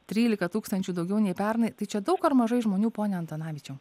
trylika tūkstančių daugiau nei pernai tai čia daug ar mažai žmonių pone antanavičiau